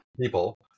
people